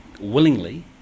willingly